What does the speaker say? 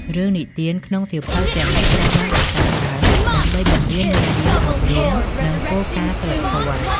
រឿងនិទានក្នុងសៀវភៅទាំងនេះត្រូវបានបង្កើតឡើងដើម្បីបង្រៀនមេរៀនអប់រំ និងគោលការណ៍សីលធម៌។